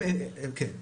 כן,